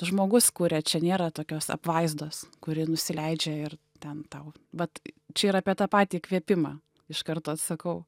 žmogus kuria čia nėra tokios apvaizdos kuri nusileidžia ir ten tau vat čia yra apie tą patį įkvėpimą iš karto atsakau